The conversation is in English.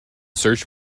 search